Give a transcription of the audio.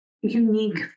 unique